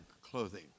clothing